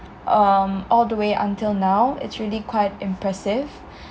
um all the way until now it's really quite impressive